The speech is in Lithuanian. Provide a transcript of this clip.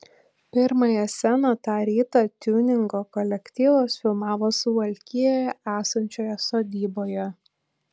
pirmąją sceną tą rytą tiuningo kolektyvas filmavo suvalkijoje esančioje sodyboje